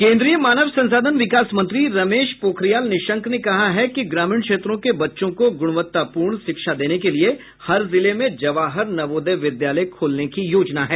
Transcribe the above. केन्द्रीय मानव संसाधन विकास मंत्री रमेश पोखरियाल निशंक ने कहा है कि ग्रामीण क्षेत्रों के बच्चों को ग्रणावत्तापूर्ण शिक्षा देने के लिए हर जिले में जवाहर नवोदय विद्यालय खोलने की योजना है